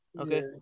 Okay